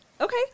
Okay